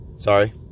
sorry